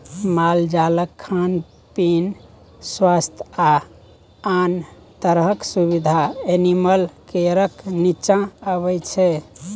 मालजालक खान पीन, स्वास्थ्य आ आन तरहक सुबिधा एनिमल केयरक नीच्चाँ अबै छै